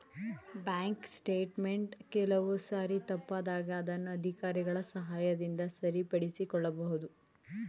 bank statement ಕೆಲವು ಸಾರಿ ತಪ್ಪಾದಾಗ ಅದನ್ನು ಅಧಿಕಾರಿಗಳ ಸಹಾಯದಿಂದ ಸರಿಪಡಿಸಿಕೊಳ್ಳಬಹುದು